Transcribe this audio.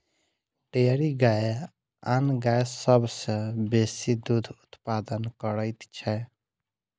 dairy गाय आन गाय सभ सॅ बेसी दूध उत्पादन करैत छै